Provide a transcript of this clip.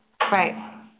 Right